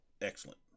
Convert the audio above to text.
excellent